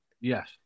Yes